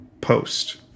post